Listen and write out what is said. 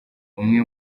umwe